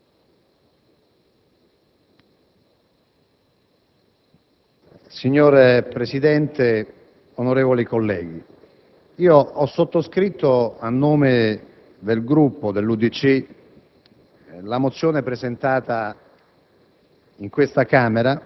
Signor Presidente, onorevoli colleghi, ho sottoscritto, a nome del Gruppo dell'UDC, la mozione presentata